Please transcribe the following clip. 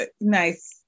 nice